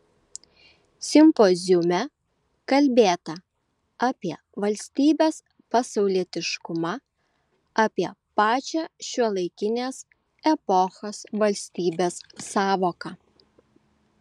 simpoziume kalbėta apie valstybės pasaulietiškumą apie pačią šiuolaikinės epochos valstybės sąvoką